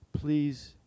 Please